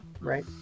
Right